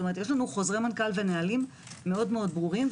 כלומר יש לנו חוזרי מנכ"ל ונהלים מאוד ברורים,